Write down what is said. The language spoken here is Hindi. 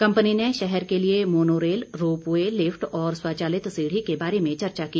कम्पनी ने शहर के लिए मोनो रेल रोपवे लिफट और स्वचालित सीढ़ी के बारे में चर्चा की